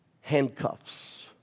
handcuffs